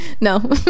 No